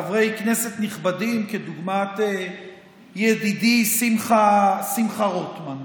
חברי כנסת נכבדים כדוגמת ידידי שמחה רוטמן,